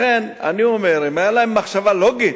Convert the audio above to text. לכן אני אומר: אם היתה להם מחשבה לוגית